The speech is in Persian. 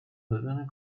دادن